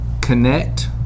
connect